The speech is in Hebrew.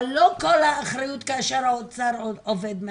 אבל לא כל האחריות כאשר האוצר עובד מהצד.